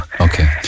okay